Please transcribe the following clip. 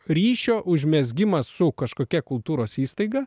ryšio užmezgimą su kažkokia kultūros įstaiga